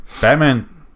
Batman